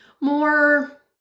more